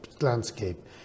landscape